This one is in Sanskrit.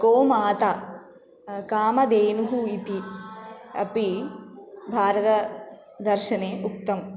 गोमाता कामधेनुः इति अपि भारतदर्शने उक्तम्